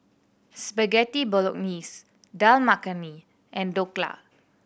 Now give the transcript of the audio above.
Spaghetti Bolognese Dal Makhani and Dhokla